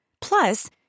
Plus